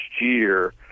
year